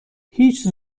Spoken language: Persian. هیچ